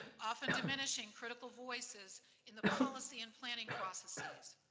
often diminishing critical voices in the policy and planning processes.